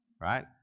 right